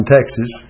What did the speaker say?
Texas